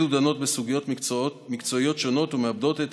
ועדות אלו דנות בסוגיות מקצועיות שונות ומעבדות את